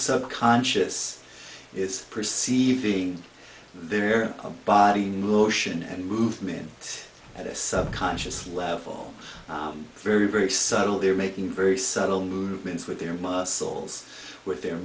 subconscious is perceiving their body motion and movement at a subconscious level very very subtle they're making very subtle movements with their muscles with their